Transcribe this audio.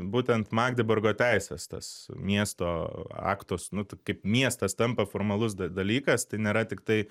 būtent magdeburgo teises tas miesto aktus nu tai kaip miestas tampa formalus dalykas tai nėra tiktai